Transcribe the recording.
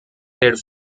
head